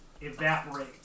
evaporate